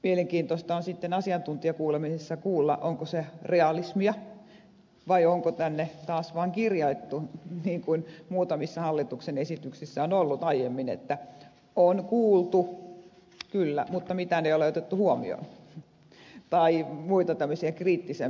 mielenkiintoista on asiantuntijakuulemisessa kuulla onko se realismia vai onko taas vaan kirjattu niin kuin muutamissa hallituksen esityksissä aiemmin että on kuultu kyllä mutta mitään ei ole otettu huomioon eikä muita kriittisempiä kommentteja